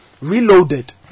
Reloaded